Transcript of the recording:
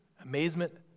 Amazement